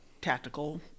tactical